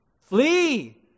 Flee